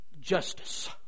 justice